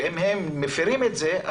ואם הם מפרים את זה,